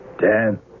Dan